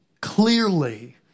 clearly